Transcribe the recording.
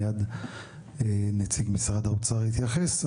מיד נציג משרד האוצר יתייחס.